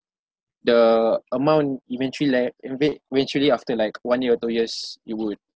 the amount eventually like inva~ eventually after like one year or two years you would